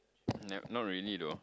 ne~ not really though